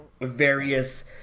various